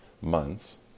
months